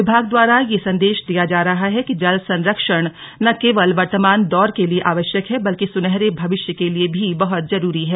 विभाग द्वारा यह संदे ा दिया जा रहा है कि जल संरक्षण न केवल वर्तमान दौर के लिए आवश्यक है बल्कि सुनहरे भविष्य के लिए भी बहत जरूरी है